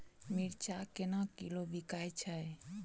मिर्चा केना किलो बिकइ छैय?